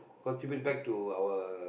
contribute back to our